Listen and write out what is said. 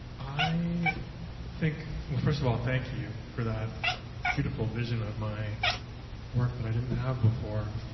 i think, well first of all, thank you for that beautiful vision of my work that i didn't have before.